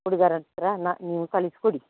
ಹುಡುಗರತ್ತಿರ ನಾ ನೀವು ಕಳಿಸಿ ಕೊಡಿ